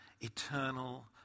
eternal